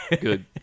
Good